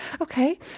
Okay